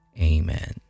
Amen